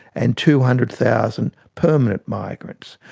and two hundred thousand permanent migrants.